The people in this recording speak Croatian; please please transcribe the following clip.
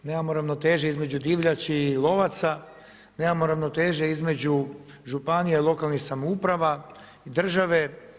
Nemamo ravnoteže između divljači i lovaca, nemamo ravnoteže između županija, lokalnih samouprava i države.